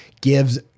gives